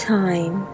time